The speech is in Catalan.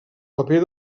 paper